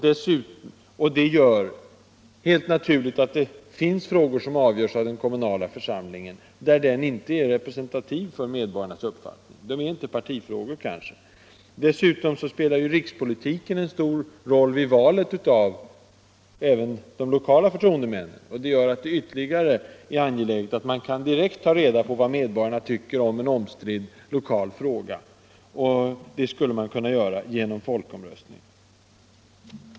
Det gör helt naturligt att den kommunala församlingen inte är representativ för medborgarnas uppfattning i alla frågor som den skall avgöra — de är kanske inte partifrågor. Dessutom spelar ju rikspolitiken en stor roll vid valet av även de kommunala förtroendemännen, och det gör att det är ännu mera angeläget att man direkt kan ta reda på vad medborgarna tycker i en omstridd kommunal fråga. Det skulle man kunna göra genom folkomröstning.